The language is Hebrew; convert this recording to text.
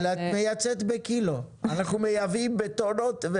אבל את מייצאת בקילו ואנחנו מייבאים בטונות,